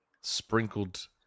Sprinkled